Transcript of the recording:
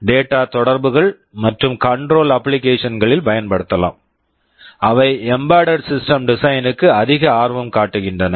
data data தொடர்புகள் மற்றும் control applications control applications களில் பயன்படுத்தலாம் அவை embedded system design embedded system design க்கு அதிக ஆர்வம் காட்டுகின்றன